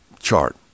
chart